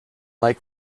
like